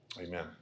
amen